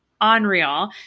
unreal